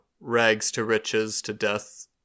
rags-to-riches-to-death